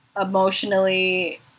emotionally